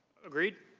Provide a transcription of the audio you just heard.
agreed?